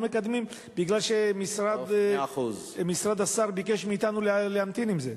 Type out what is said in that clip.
מקדמים כי משרד השר ביקש מאתנו להמתין עם זה.